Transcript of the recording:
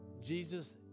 Jesus